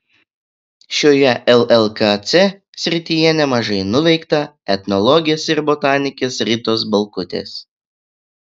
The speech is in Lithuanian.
šioje llkc srityje nemažai nuveikta etnologės ir botanikės ritos balkutės